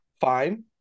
fine